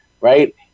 Right